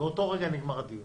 באותו רגע נגמר הדיון.